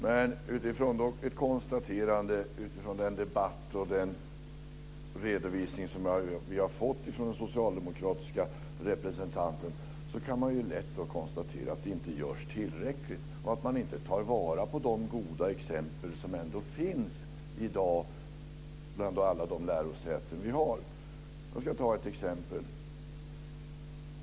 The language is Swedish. Jag har ett konstaterande utifrån den debatt och den redovisning som vi har fått från den socialdemokratiska representanten. Vi kan lätt konstatera att det inte görs tillräckligt och att man inte tar vara på de goda exempel som ändå finns i dag på alla de lärosäten vi har.